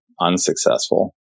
unsuccessful